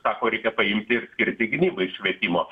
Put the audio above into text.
sako reikia paimti ir gynybai švietimo